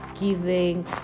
giving